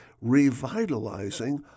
revitalizing